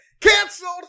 Canceled